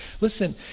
Listen